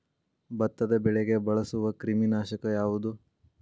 ಭತ್ತದ ಬೆಳೆಗೆ ಬಳಸುವ ಕ್ರಿಮಿ ನಾಶಕ ಯಾವುದು?